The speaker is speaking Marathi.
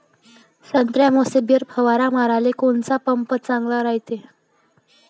संत्रा, मोसंबीवर फवारा माराले कोनचा पंप चांगला रायते?